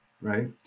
right